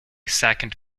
second